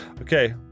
okay